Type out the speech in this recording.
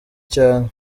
cyane